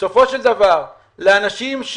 לאנשים,